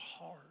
hard